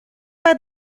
pas